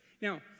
Now